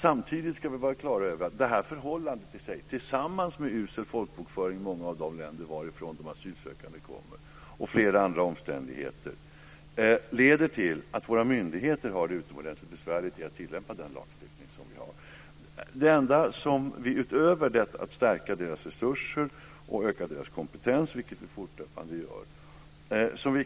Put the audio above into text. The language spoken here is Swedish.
Samtidigt ska vi vara klara över att det här förhållandet tillsammans med förhållandet att det är en usel folkbokföring i många av de länder varifrån de asylsökande kommer och flera andra omständigheter leder till att våra myndigheter har det utomordentligt besvärligt att tillämpa den lagstiftning som vi har. Vi ska stärka deras resurser och öka deras kompetens, vilket vi fortlöpande gör.